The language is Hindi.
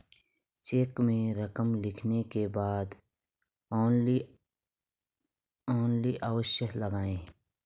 चेक में रकम लिखने के बाद ओन्ली अवश्य लगाएँ